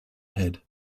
head